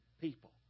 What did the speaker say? people